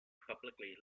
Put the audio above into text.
publicly